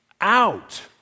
out